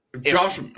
Josh